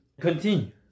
Continue